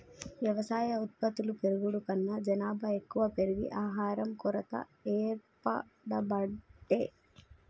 వ్యవసాయ ఉత్పత్తులు పెరుగుడు కన్నా జనాభా ఎక్కువ పెరిగి ఆహారం కొరత ఏర్పడబట్టే